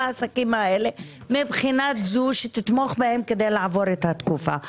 העסקים האלה מהבחינה שיתמכו בהם כדי לעבור את התקופה.